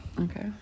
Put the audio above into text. okay